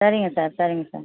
சரிங்க சார் சரிங்க சார்